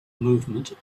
movement